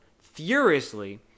furiously